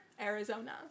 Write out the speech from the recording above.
Arizona